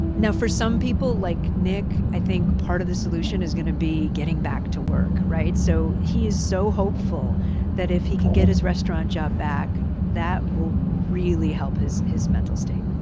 now, for some people like nick, i think part of the solution is gonna be getting back to work, right? so he is so hopeful that if he can get his restaurant job back, back, that will really help his his mental state.